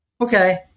okay